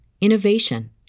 innovation